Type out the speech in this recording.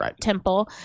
Temple